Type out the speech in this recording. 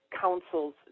councils